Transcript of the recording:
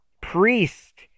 Priest